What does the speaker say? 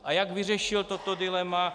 A jak vyřešil toto dilema?